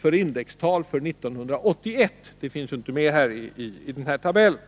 för indextal för 1981. Det finns inte med i den här tabellen.